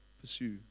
pursue